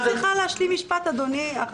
אני לא מצליחה להשלים משפט, אדוני.